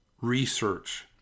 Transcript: research